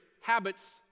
habits